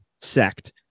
sect